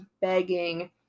begging